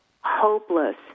hopeless